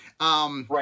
Right